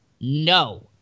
No